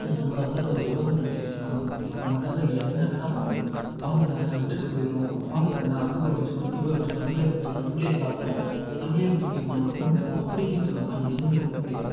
அது நம்மளை வந்து அதோடய உறவுன்னு நினைச்சிகிச்சின்னா நமக்காக அது என்ன வேணால் பண்ணும் பாம்புதானே விட்டுட்டு போயிரும் பாம்புதானே அங்கே போய் ஒளிஞ்சிக்கும் இங்கே போய் ஒளிஞ்சிக்கும் நம்மளே கொத்திடும் நம்மளே சாப்பிட்ரும் நம்மளே முழிங்கிரும் நம்மள கொன்றும் அப்படி இப்படின்னு சொல்லுவாங்க ஆனால் அது எதுவுமே உண்மை கிடையாது